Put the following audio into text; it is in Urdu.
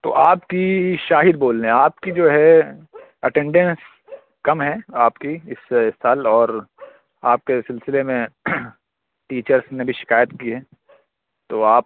تو آپ کی شاہد بول رہے ہیں آپ کی جو ہے اٹینڈینس کم ہے آپ کی اس سال اور آپ کے سلسلے میں ٹیچرس نے بھی شکایت کی ہے تو آپ